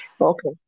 Okay